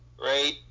right